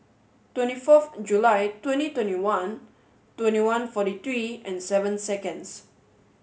twenty forth July twenty twenty one twenty one forty three and seven seconds